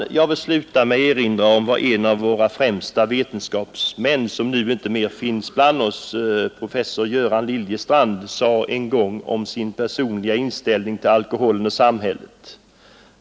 Jag vill sluta med att erinra om vad en av våra främsta vetenskapsmän, som nu inte mer finns bland oss, professor Göran Liljestrand, sade en gång om sin personliga inställning till alkoholen och samhället.